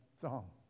song